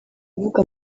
avuga